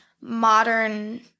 modern